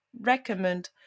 recommend